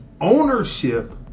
ownership